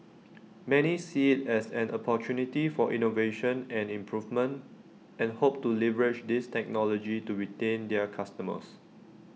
many see as an opportunity for innovation and improvement and hope to leverage this technology to retain their customers